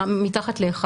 מתחת ל-1,